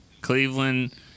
Cleveland